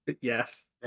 yes